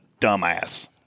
dumbass